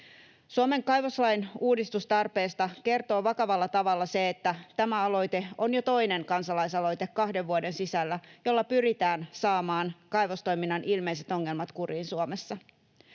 Suomen kaivoslain uudistustarpeesta kertoo vakavalla tavalla se, että tämä aloite on kahden vuoden sisällä jo toinen kansalaisaloite, jolla pyritään saamaan kaivostoiminnan ilmeiset ongelmat kuriin Suomessa.